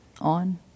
on